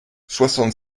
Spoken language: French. soixante